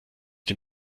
den